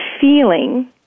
feeling